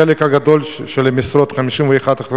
החלק הגדול של המשרות, 51%,